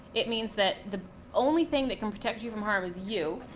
it means that the only thing that can protect you from harm is you,